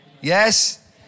Yes